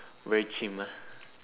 very cheem ah